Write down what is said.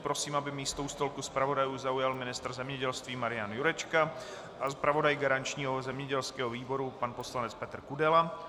Prosím, aby místo u stolku zpravodajů zaujal ministr zemědělství Marian Jurečka a zpravodaj garančního zemědělského výboru pan poslanec Petr Kudela.